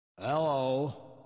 Hello